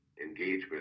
engagement